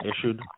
issued